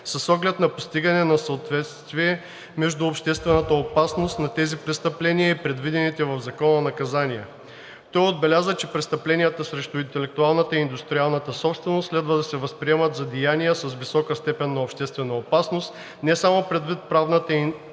с оглед на постигане на съответствие между обществената опасност на тези престъпления и предвидените в закона наказания. Той отбеляза, че престъпленията срещу интелектуалната и индустриалната собственост следва да се възприемат за деяния с висока степен на обществена опасност не само предвид правата и интересите